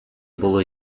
було